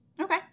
Okay